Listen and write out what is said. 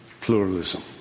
pluralism